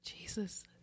Jesus